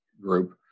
group